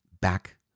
back